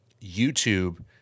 YouTube